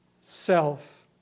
self